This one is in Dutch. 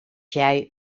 jij